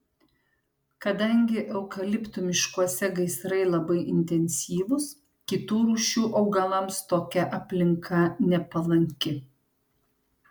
kadangi eukaliptų miškuose gaisrai labai intensyvūs kitų rūšių augalams tokia aplinka nepalanki